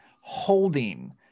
holding